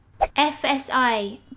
FSI